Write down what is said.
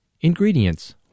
Ingredients